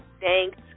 thanks